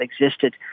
existed